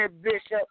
bishop